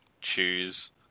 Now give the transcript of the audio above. choose